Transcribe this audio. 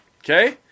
okay